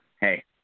hey